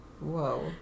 Whoa